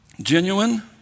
genuine